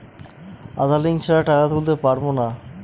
আধার link ছাড়া টাকা তুলতে পারব না?